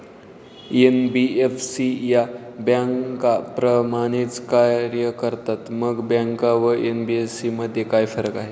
NBFC या बँकांप्रमाणेच कार्य करतात, मग बँका व एन.बी.एफ.सी मध्ये काय फरक आहे?